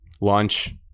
lunch